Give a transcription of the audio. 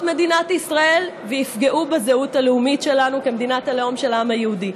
מדינת ישראל ויפגעו בזהות הלאומית שלנו כמדינת הלאום של העם היהודי.